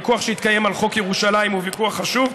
הוויכוח שהתקיים על חוק ירושלים הוא ויכוח חשוב.